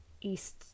east